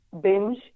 binge